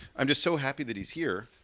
i'm just so happy that he's here